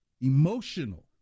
Emotional